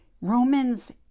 romans